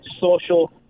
social